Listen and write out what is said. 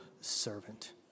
servant